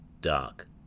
Dark